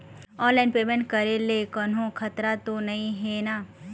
Online payment करे ले कोन्हो खतरा त नई हे न?